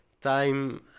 time